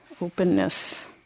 openness